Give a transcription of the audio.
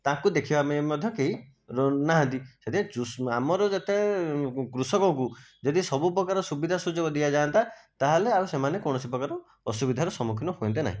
ତାଙ୍କୁ ଦେଖିବା ପାଇଁ ମଧ୍ୟ କେହି ନାହାନ୍ତି ସେଥିପାଇଁ ଆମର ଯେତେ କୃଷକକୁ ଯଦି ସବୁ ପ୍ରକାର ସୁବିଧା ସୁଯୋଗ ଦିଆଯାଆନ୍ତା ତା ହେଲେ ଆଉ ସେମାନେ କୌଣସି ପ୍ରକାର ଅସୁବିଧାର ସମ୍ମୁଖୀନ ହୁଅନ୍ତେ ନାହିଁ